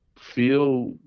feel